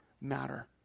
matter